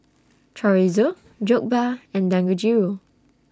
Chorizo Jokbal and Dangojiru